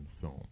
film